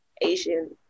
Asian